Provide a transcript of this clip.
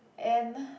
and